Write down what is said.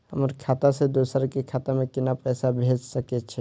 हमर खाता से दोसर के खाता में केना पैसा भेज सके छे?